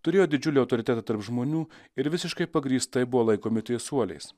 turėjo didžiulį autoritetą tarp žmonių ir visiškai pagrįstai buvo laikomi teisuoliais